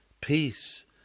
peace